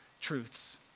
truths